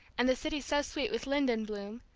and the city so sweet with linden bloom,